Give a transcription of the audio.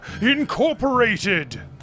Incorporated